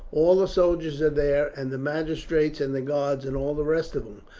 all the soldiers are there, and the magistrates and the guards, and all the rest of them,